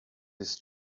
his